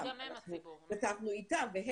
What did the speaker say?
כתבנו אתם -- מבחינתי גם הם הציבור.